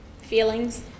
feelings